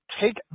take